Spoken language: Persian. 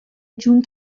جون